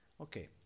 Okay